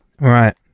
Right